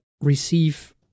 receive